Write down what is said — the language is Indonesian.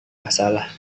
masalah